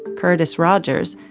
curtis rogers,